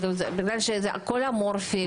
בגלל שזה הכול אמורפי,